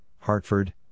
Hartford